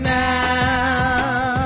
now